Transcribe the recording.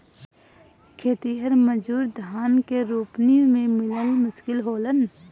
खेतिहर मजूर धान के रोपनी में मिलल मुश्किल होलन